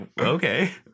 okay